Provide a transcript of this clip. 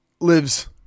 lives